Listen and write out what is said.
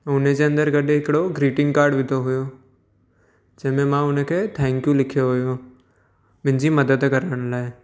ऐं उन्हीअ जे अंदर गॾु हिकिड़ो ग्रीटिंग कार्ड विधो हुयो जंहिंमें मां हुनखे थैंक्यू लिखियो हुयो मुंहिंजी मदद करण लाइ